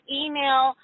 email